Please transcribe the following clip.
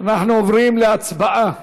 אנחנו עוברים להצבעה.